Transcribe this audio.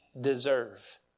deserve